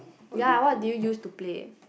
yea what did you use to play